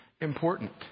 important